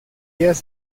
ellas